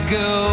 go